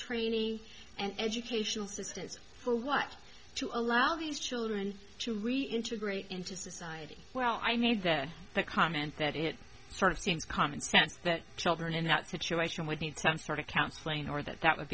trainee and educational system for what to allow these children to reintegrate into society well i made that comment that it sort of seems common sense that children in that situation would need some sort of counseling or that that would